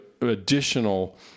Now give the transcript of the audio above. additional